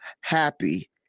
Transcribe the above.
happy